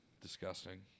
Disgusting